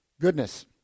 goodness